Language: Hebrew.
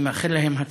אני מאחל להן הצלחה.